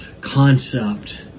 concept